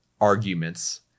arguments